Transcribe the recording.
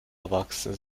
erwachsen